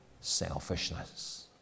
selfishness